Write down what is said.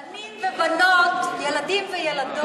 בנים ובנות, ילדים וילדות.